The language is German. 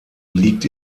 liegt